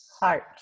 Heart